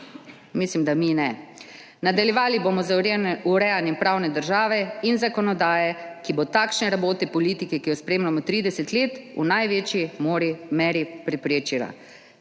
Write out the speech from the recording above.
Mislim, da mi ne. Nadaljevali bomo z urejanjem pravne države in zakonodaje, ki bo takšne rabote politike, ki jo spremljamo 30 let, v največji meri preprečila,